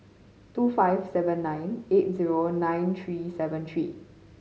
two five seven nine eight zero nine three seven three